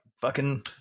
Fucking-